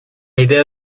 idea